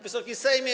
Wysoki Sejmie!